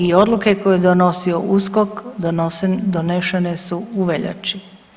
I odluke koje je donosio USKOK donošene su u veljači.